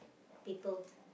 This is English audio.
people